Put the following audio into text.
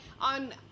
on